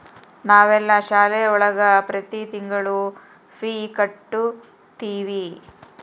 ನಾವೆಲ್ಲ ಶಾಲೆ ಒಳಗ ಪ್ರತಿ ತಿಂಗಳು ಫೀ ಕಟ್ಟುತಿವಿ